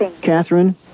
Catherine